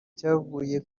cyavuye